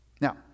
Now